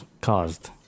caused